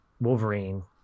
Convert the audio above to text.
wolverine